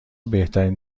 بهترین